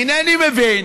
אינני מבין